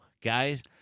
guys